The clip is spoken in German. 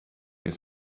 ist